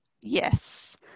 Yes